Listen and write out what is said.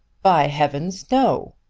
by heavens, no.